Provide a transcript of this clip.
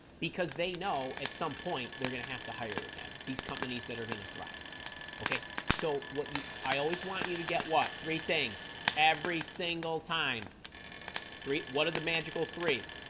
because they know at some point they're gonna have to hire again these companies that are gonna thrive okay so what you i always want you to get what three things every single time three what are the magical three